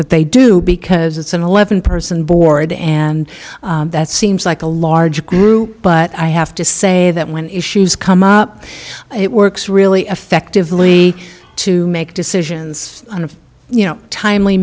that they do because it's an eleven person board and that seems like a large group but i have to say that when issues come up it works really effectively to make decisions on of you know timely